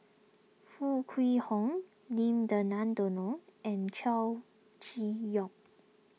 Foo Kwee Horng Lim Denan Denon and Chow Chee Yong